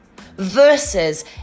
versus